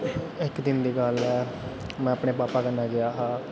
इक दिन दी गल्ल ऐ में अपने पापा कन्नै गेआ हा